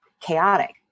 chaotic